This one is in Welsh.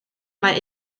mae